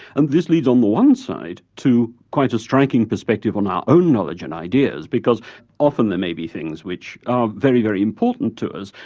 and this leads, on the one side, to quite a striking perspective on our own knowledge and ideas, because often there may be things which are very, very important to us,